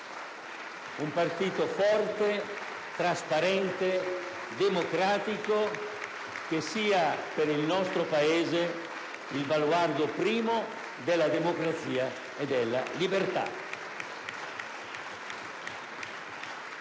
un partito forte, trasparente, democratico, che sia per il nostro Paese il baluardo primo della democrazia e della libertà.